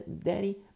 daddy